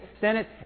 Senate